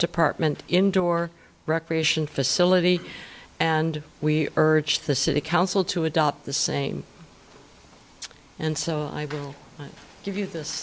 department indoor recreation facility and we urge the city council to adopt the same and so i will give you this